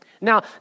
Now